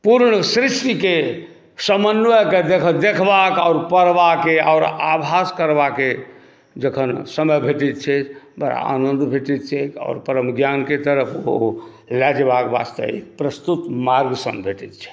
पूर्ण सृष्टिके समन्वयकेँ देखबाक आओर पढ़बाके आओर आभास करबाके जखन समय भेटैत छै बड़ा आनन्द भेटैत छैक आओर परम ज्ञानके तरफ ओ लय जयबाक वास्ते प्रस्तुत मार्गसँ भेटैत छै